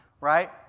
right